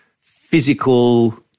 physical